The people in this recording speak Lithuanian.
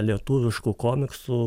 lietuviškų komiksų